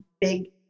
big